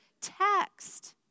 text